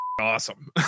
awesome